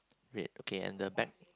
red okay and the back